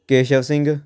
Keshav Singh